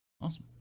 awesome